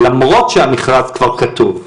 למרות שהמכרז כבר כתוב,